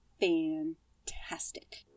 fantastic